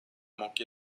manqué